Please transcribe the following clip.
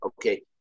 okay